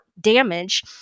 damage